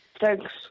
Thanks